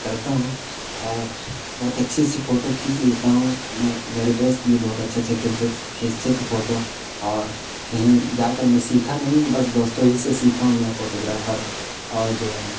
کرتا ہوں اور بہت اچھی اچھی فوٹو کھینچ لیتا ہوں میں میرے دوست بھی بہت اچھے اچھے کھیچتے تھے فوٹو اور کہیں جا کر میں سیکھا نہیں ہوں بس دوستوں ہی سے سیکھا ہوں میں فوٹوگرافر اور جو ہے